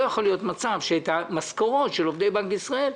לא יכול להיות מצב שאת המשכורת של עובדי בנק ישראל,